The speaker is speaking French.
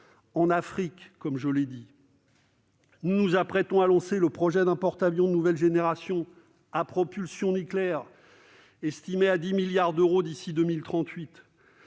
en Afrique, comme je l'ai dit. Nous nous apprêtons à lancer le projet d'un porte-avions de nouvelle génération à propulsion nucléaire, estimé à 10 milliards d'euros d'ici à 2038,